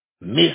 miss